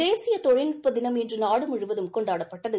தேசிய தொழில்நுட்ப தினம் இன்று நாடு முழுவதும் கொண்டாடப்பட்டது